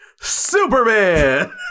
Superman